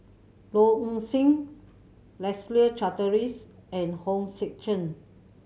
Low Ing Sing Leslie Charteris and Hong Sek Chern